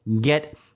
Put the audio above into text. get